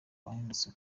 wanditse